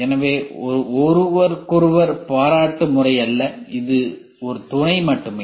எனவே இது ஒருவருக்கொருவர் பாராட்டு முறை அல்ல அது ஒரு துணை மட்டுமே